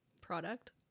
product